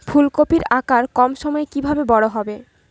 ফুলকপির আকার কম সময়ে কিভাবে বড় হবে?